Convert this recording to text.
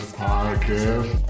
podcast